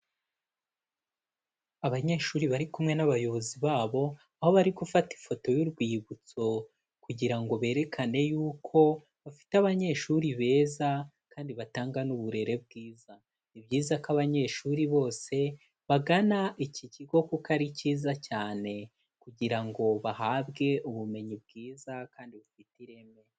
Abanyeshuri bari kumwe n'abayobozi babo, aho bari gufata ifoto y'urwibutso kugira ngo berekane yuko bafite abanyeshuri beza kandi batanga n'uburere bwiza. Ni byiza ko abanyeshuri bose bagana iki kigo kuko ari cyiza cyane kugira ngo bahabwe ubumenyi bwiza kandi bufite ireme.